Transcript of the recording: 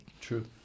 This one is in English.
True